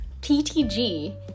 PTG